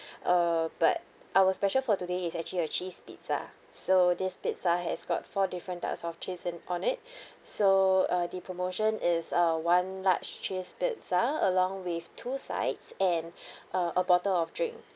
uh but our special for today is actually a cheese pizza so this pizza has got four different types of cheese in on it so uh the promotion is uh one large cheese pizza along with two sides and uh a bottle of drink